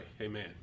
amen